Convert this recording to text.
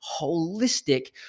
holistic